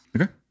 Okay